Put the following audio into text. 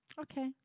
Okay